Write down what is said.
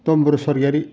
तम बर' स्वर्गयारी